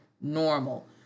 normal